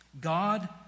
God